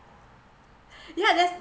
yeah that's